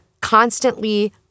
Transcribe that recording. constantly